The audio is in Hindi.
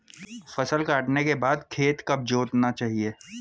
फसल काटने के बाद खेत कब जोतना चाहिये?